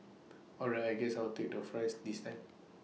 all right I guess I'll take the fries this time